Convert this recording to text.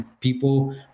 People